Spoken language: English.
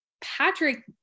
Patrick